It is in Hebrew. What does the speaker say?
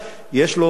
יש לו חסרונות,